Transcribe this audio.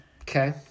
Okay